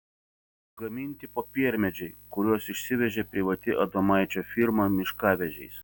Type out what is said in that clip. gaminti popiermedžiai kuriuos išsivežė privati adomaičio firma miškavežiais